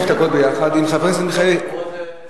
כרגע אנחנו נדון בשאילתות אליך.